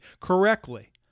correctly